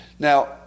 Now